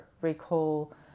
recall